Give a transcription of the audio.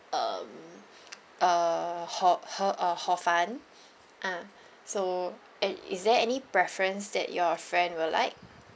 um err hor he~ uh hor fun ah so and is there any preference that your friend will like